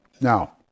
Now